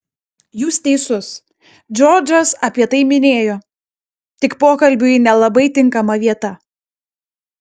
jūs teisus džordžas apie tai minėjo tik pokalbiui nelabai tinkama vieta